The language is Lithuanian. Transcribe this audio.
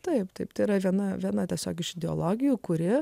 taip taip tėra viena vena tiesiog iš ideologijų kuri